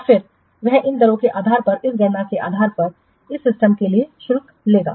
और फिर वह इन दरों के आधार पर इस गणना के आधार पर इस सिस्टमके लिए शुल्क लेगा